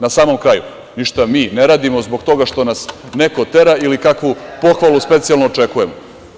Na samom kraju, ništa mi ne radimo zbog toga što nas neko tera ili kakvu pohvalu specijalno očekujemo.